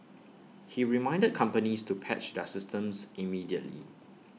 he reminded companies to patch their systems immediately